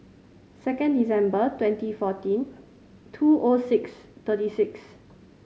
second December twenty fourteen two O six thirty six